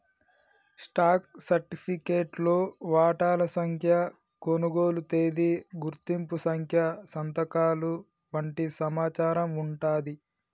stock సర్టిఫికేట్లో వాటాల సంఖ్య, కొనుగోలు తేదీ, గుర్తింపు సంఖ్య సంతకాలు వంటి సమాచారం వుంటాంది